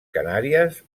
canàries